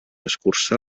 escurça